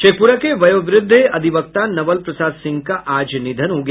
शेखपुरा के वयोवृद्ध अधिवक्ता नवल प्रसाद सिंह का आज निधन हो गया